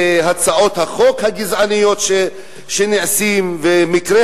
הצעות החוק הגזעניות שנעשות ומקרי